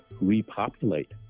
repopulate